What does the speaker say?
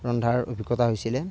ৰন্ধাৰ অভিজ্ঞতা হৈছিলে